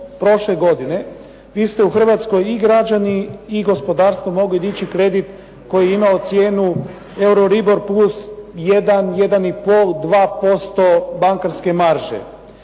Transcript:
prošle godine vi ste u Hrvatskoj i građani i gospodarstvo mogli dići kredit koji je imao cijenu Euroribor plus 1, 1.5, 2% bankarske marže.